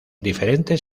diferentes